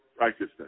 righteousness